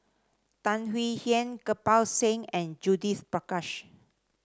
Tan Swie Hian Kirpal Singh and Judith Prakash